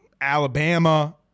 Alabama